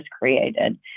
created